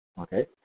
Okay